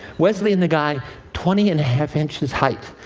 wesley and the guy twenty and a half inches height.